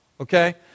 okay